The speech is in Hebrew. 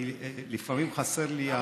כי לפעמים חסר לי,